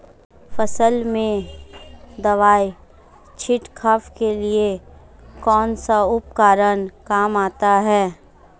फसल में दवाई छिड़काव के लिए कौनसा उपकरण काम में आता है?